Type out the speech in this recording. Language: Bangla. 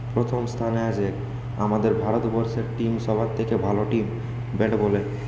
প্রথম স্থানে আছে আমাদের ভারতবর্ষের টিম সবার থেকে ভালো টিম ব্যাটবলে